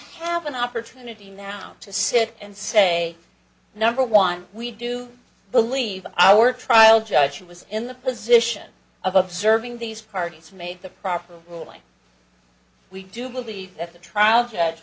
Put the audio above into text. have an opportunity now to sit and say number one we do believe our trial judge who was in the position of observing these parties made the proper ruling we do believe that the trial judge